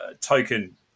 token